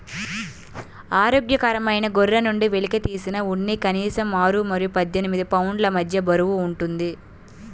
ఆరోగ్యకరమైన గొర్రె నుండి వెలికితీసిన ఉన్ని కనీసం ఆరు మరియు పద్దెనిమిది పౌండ్ల మధ్య బరువు ఉంటుంది